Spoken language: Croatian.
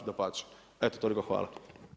Dapače, eto toliko.